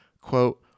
quote